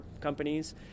companies